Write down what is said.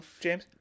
James